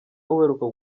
uheruka